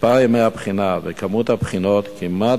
מספר ימי הבחינה ומספר הבחינות כמעט